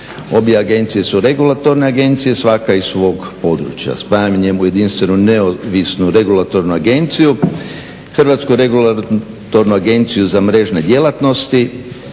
Obje agencije su regulatorne agencije svaka iz svog područja. Spajanjem u jedinstvenu neovisnu regulatornu agenciju, Hrvatsku regulatornu agenciju za mrežne djelatnosti,